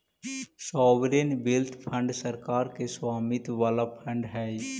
sovereign wealth fund सरकार के स्वामित्व वाला फंड हई